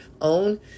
own